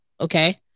okay